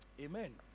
Amen